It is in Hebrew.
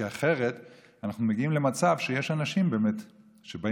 כי אחרת אנחנו מגיעים למצב שיש אנשים שבאים